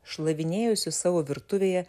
šlavinėjusi savo virtuvėje